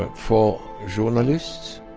but four journalists,